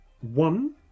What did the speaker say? One